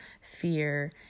fear